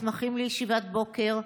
ביותר ביקום.